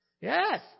Yes